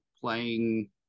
playing